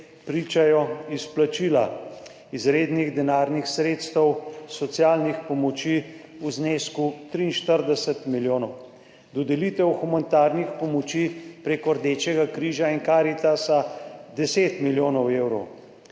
pričajo izplačila izrednih denarnih sredstev, socialnih pomoči v znesku 43 milijonov, dodelitev humanitarnih pomoči prek Rdečega križa in Karitasa – 10 milijonov evrov,